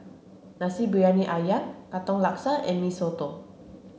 Nasi Briyani Ayam Katong Laksa and Mee Soto